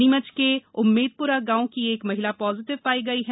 नीमच के उम्मेदप्रा गांव की एक महिला पॉजिटिव पाई गई है